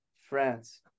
France